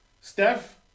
Steph